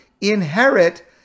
inherit